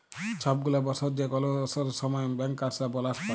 ছব গুলা বসর যে কল উৎসবের সময় ব্যাংকার্সরা বলাস পায়